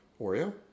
Oreo